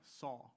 saw